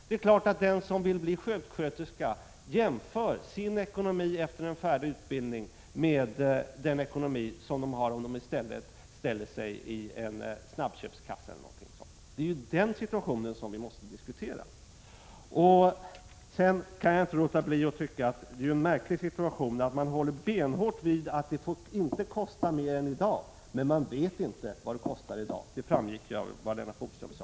De som vill bli sjuksköterskor jämför naturligtvis sin ekonomi efter en färdig utbildning med den ekonomi som de får om de ställer sig i en snabbköpskassa eller liknande. Det är den situationen som vi måste diskutera. 15 Det är en märklig situation, när utbildningsministern håller benhårt på att 11 november 1986 studiemedelssystemet inte får kosta mer än i dag men inte vet vad det kostar — det framgick av vad han sade.